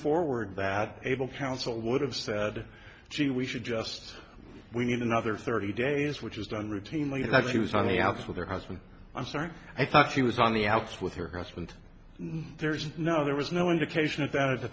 forward that able counsel would have said she we should just we need another thirty days which is done routinely that she was on the outs with her husband i'm sorry i thought she was on the outs with her husband there's no there was no indication of that